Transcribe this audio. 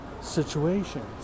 situations